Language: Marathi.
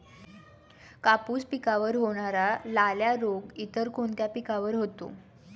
कापूस पिकावर होणारा लाल्या रोग इतर कोणत्या पिकावर होतो?